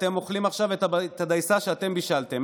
אתם אוכלים עכשיו את הדייסה שאתם בישלתם.